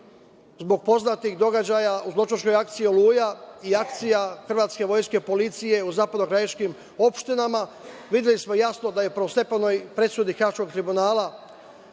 zbog poznatih događaja u zločinačkoj akciji „Oluja“ i akcija hrvatske vojske i policije u zapadno-krajiškim opštinama. Videli smo jasno da je u prvostepenoj presudi Haškog tribunala